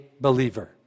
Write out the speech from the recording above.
believer